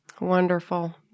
Wonderful